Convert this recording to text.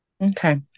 Okay